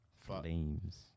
Flames